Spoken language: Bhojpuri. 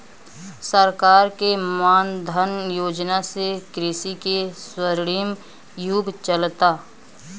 सरकार के मान धन योजना से कृषि के स्वर्णिम युग चलता